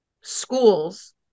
schools